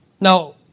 Now